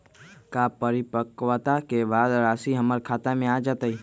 का परिपक्वता के बाद राशि हमर खाता में आ जतई?